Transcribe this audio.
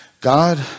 God